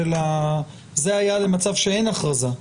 זה היה למצב שאין הכרזה.